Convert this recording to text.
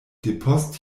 depost